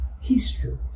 History